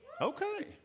Okay